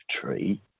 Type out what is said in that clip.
tree